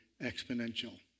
exponential